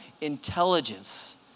intelligence